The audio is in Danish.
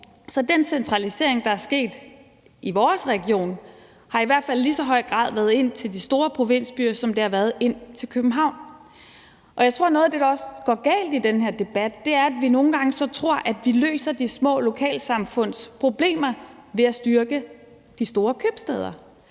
har den centralisering, der er sket i vores region, i hvert fald i lige så høj grad været ind til de store provinsbyer, som det har været ind til København. Jeg tror, at noget af det, der også går galt i den her debat, er, at vi nogle gange så tror, at vi løser de små lokalsamfunds problemer ved at styrke de store købstæder.